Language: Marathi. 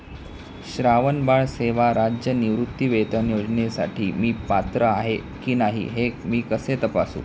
श्रावणबाळ सेवा राज्य निवृत्तीवेतन योजनेसाठी मी पात्र आहे की नाही हे मी कसे तपासू?